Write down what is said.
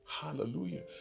hallelujah